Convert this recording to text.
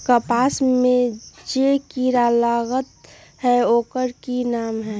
कपास में जे किरा लागत है ओकर कि नाम है?